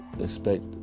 expect